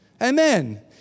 Amen